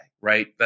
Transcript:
right